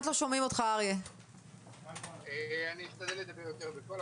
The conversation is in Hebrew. אני אשתדל לדבר יותר בקול,